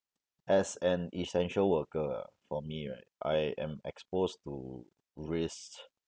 as an essential worker ah for me right I am exposed to risk